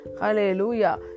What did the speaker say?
Hallelujah